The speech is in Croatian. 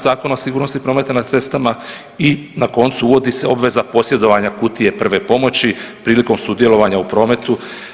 Zakona o sigurnosti prometa na cestama i na koncu uvodi se obveza posjedovanja kutije prve pomoći prilikom sudjelovanja u prometu.